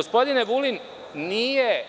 Gospodine Vulin, nije